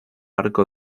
arco